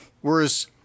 whereas